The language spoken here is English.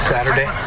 Saturday